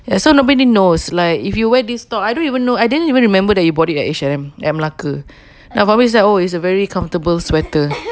ya so nobody knows like if you wear this top I don't even know I didn't even remember that you bought it at H&M at melaka oh it's a very comfortable sweater